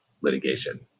litigation